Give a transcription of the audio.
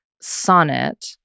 sonnet